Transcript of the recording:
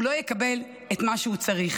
הוא לא יקבל את מה שהוא צריך.